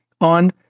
on